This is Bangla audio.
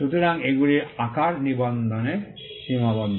সুতরাং এগুলি আকার নিবন্ধনের সীমাবদ্ধ